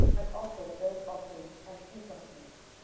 and offered burnt offerings and peace offerings.